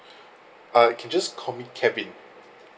uh can just call me kevin